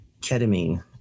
ketamine